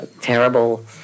terrible